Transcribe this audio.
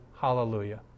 Hallelujah